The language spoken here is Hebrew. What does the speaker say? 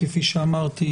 כפי שאמרתי,